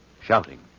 shouting